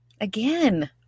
Again